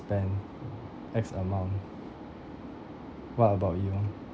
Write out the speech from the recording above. spend X amount what about you